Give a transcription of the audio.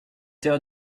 heures